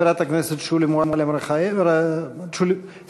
חברת הכנסת שולי מועלם-רפאלי, סליחה.